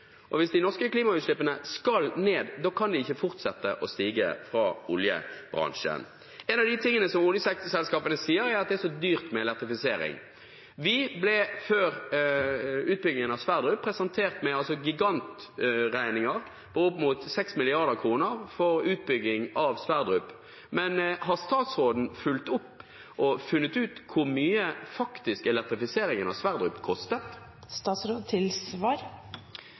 Og hvis de norske klimagassutslippene skal ned, kan de ikke fortsette å stige fra oljebransjen. En av de tingene som oljeselskapene sier, er at det er så dyrt med elektrifisering. Vi ble før utbyggingen av Johan Sverdrup presentert for gigantregninger på opp mot 6 mrd. kr for utbygging av Johan Sverdrup. Men har statsråden fulgt opp og funnet ut hvor mye elektrifiseringen av